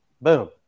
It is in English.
Boom